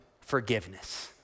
forgiveness